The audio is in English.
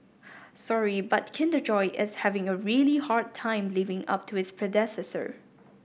sorry but Kinder Joy is having a really hard time living up to its predecessor